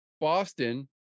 Boston